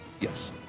Yes